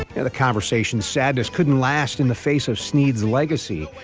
in the conversation sadness couldn't last in the face of snead's legacy.